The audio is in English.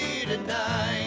tonight